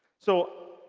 so